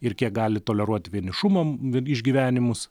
ir kiek gali toleruot vienišumo išgyvenimus